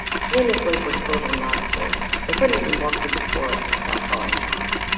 he and his wife were total novices. they couldn't even walk through the forest without falling down.